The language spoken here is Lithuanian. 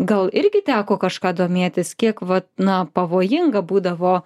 gal irgi teko kažką domėtis kiek vat na pavojinga būdavo